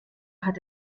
hat